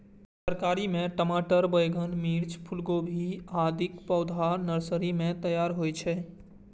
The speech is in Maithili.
तरकारी मे टमाटर, बैंगन, मिर्च, फूलगोभी, आदिक पौधा नर्सरी मे तैयार होइ छै